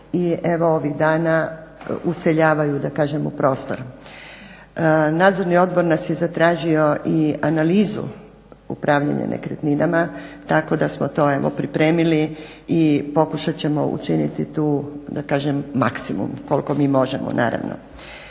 i evo ovih dana useljavaju da kažem u prostor. Nadzorni odbor nas je zatražio i analizu upravljanja nekretninama tako da smo to evo pripremili i pokušat ćemo učiniti tu da kažem maksimum koliko mi možemo, naravno.